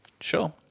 Sure